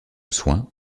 soins